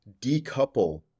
decouple